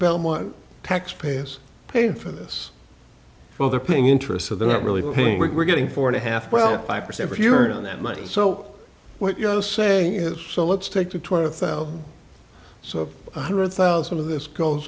belmont taxpayers paying for this well they're paying interest so they're not really paying we're getting four and a half well five percent purity on that money so what you're saying is so let's take the twenty thousand so one hundred thousand of this goes